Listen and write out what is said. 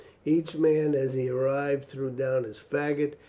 each man as he arrived threw down his faggot,